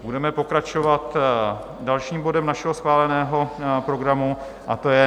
Budeme pokračovat dalším bodem našeho schváleného programu, a to je